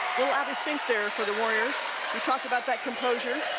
little out of synch there for the warriors we talked about that composure.